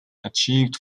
achieved